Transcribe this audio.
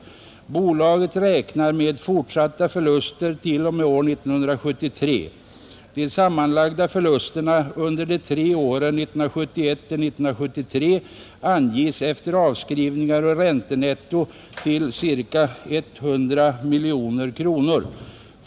Bolaget räknar med fortsatta förlustår t.o.m. år 1973. De sammanlagda förlusterna under de tre åren 1971—1973 anges, efter avskrivningar och räntenetto, till ca 100 miljoner kronor.